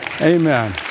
Amen